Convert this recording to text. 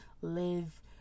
live